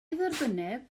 dderbynneb